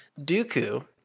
dooku